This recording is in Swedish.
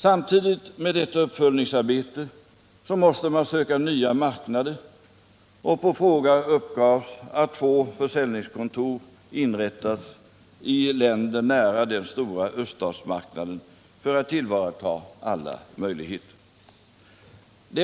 Samtidigt med detta uppföljningsarbete måste man söka nya marknader, och på fråga uppgavs att två försäljningskontor inrättats i länder nära den stora öststatsmarknaden för att tillvarata alla möjligheter.